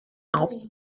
auf